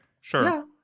sure